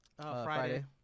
Friday